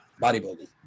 bodybuilding